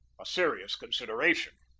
a serious consideration.